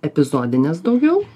epizodinės daugiau